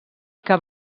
que